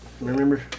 Remember